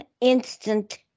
Instant